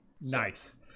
Nice